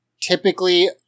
typically